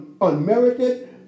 unmerited